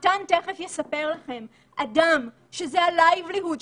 ותכף אתייחס לשאלה שנשאלה בתחילת הדיון מה היתרון של פיילוט.